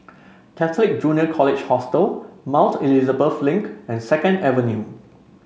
Catholic Junior College Hostel Mount Elizabeth Link and Second Avenue